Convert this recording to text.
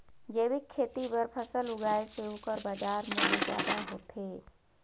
जैविक खेती बर फसल उगाए से ओकर बाजार मूल्य ज्यादा होथे